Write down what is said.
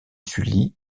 sully